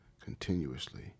continuously